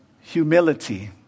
humility